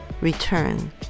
return